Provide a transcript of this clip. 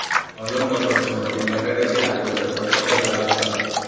हॉलम topper च्या मदतीनं बटाटयाची लागवड करना सोप्या झाला आसा